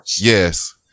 Yes